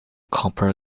copper